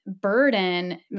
burden